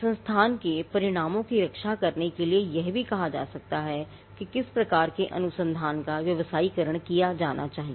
संस्थान के परिणामों की रक्षा करने के लिए यह भी कहा जा सकता है कि किस प्रकार के अनुसंधान का व्यवसायीकरण किया जाना चाहिए